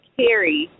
carry